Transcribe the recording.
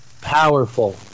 powerful